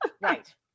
right